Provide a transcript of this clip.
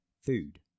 food